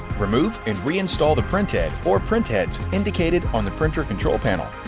remove and reinstall the printhead or printheads indicated on the printer control panel.